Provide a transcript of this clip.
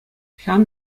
ҫавӑн